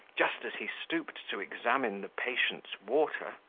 just as he stooped to examine the patient's water,